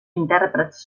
intèrprets